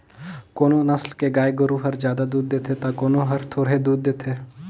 कोनो नसल के गाय गोरु हर जादा दूद देथे त कोनो हर थोरहें दूद देथे